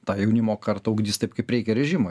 tą jaunimo kartą ugdys taip kaip reikia režimui